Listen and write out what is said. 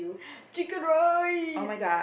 chicken rice